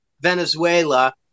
Venezuela